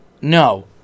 No